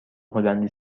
هلندی